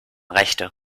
rechte